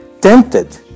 tempted